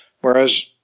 Whereas